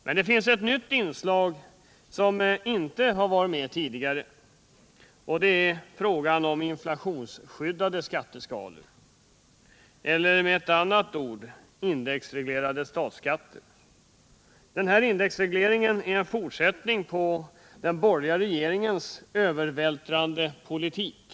Men det finns ett nytt inslag som inte har varit med tidigare, och det är frågan om inflationsskyddade skatteskalor, eller med ett annat uttryck indexreglerade statsskatter. Denna indexreglering är en fortsättning på den borgerliga regeringens övervältrande politik.